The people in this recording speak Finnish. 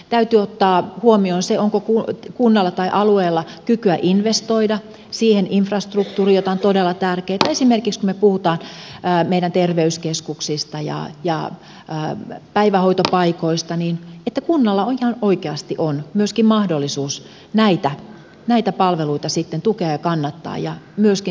täytyy ottaa huomioon se onko kunnalla tai alueella kykyä investoida siihen infrastruktuuriin joka on todella tärkeää ja se että kun me puhumme esimerkiksi meidän terveyskeskuksista ja päivähoitopaikoista niin kunnalla ihan oikeasti on myöskin mahdollisuus näitä palveluita sitten tukea ja kannattaa ja myöskin sitten kehittää